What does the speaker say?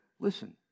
listen